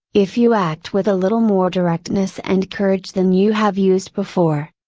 if you act with a little more directness and courage than you have used before.